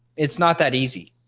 it's not that easy.